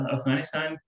Afghanistan